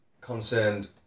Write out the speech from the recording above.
concerned